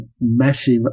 massive